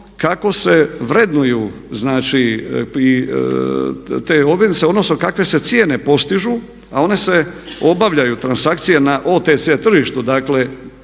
kako se vrednuju te obveznice, odnosno kakve se cijene postižu a one se obavljaju transakcija na OTC tržištu, dakle